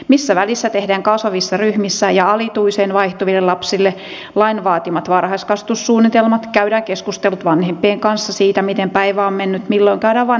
missä välissä tehdään kasvavissa ryhmissä ja alituiseen vaihtuville lapsille lain vaatimat varhaiskasvatussuunnitelmat käydään keskustelut vanhempien kanssa siitä miten päivä on mennyt milloin käydään vanhempainvartit